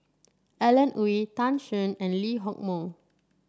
Alan Oei Tan Shen and Lee Hock Moh